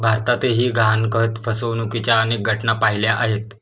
भारतातही गहाणखत फसवणुकीच्या अनेक घटना पाहिल्या आहेत